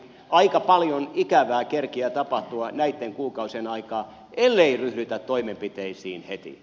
aika paljon ikävää kerkiää tapahtua näitten kuukausien aikaan ellei ryhdytä toimenpiteisiin heti